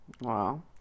Wow